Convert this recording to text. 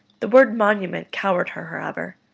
the word monument cowed her, however.